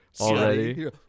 Already